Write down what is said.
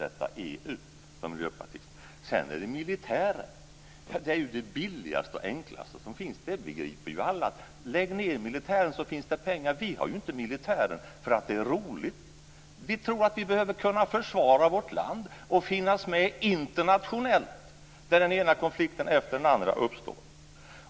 Sedan kommer han till militären - alla begriper ju att det enklaste som finns är att lägga ned försvaret, så blir det pengar över. Men vi har ju inte militären för att det är roligt. Vi tror att vi behöver kunna försvara vårt land och vara med internationellt när den ena konflikten efter den andra uppstår.